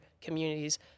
communities